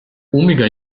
omega